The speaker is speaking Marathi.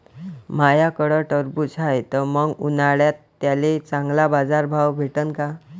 माह्याकडं टरबूज हाये त मंग उन्हाळ्यात त्याले चांगला बाजार भाव भेटन का?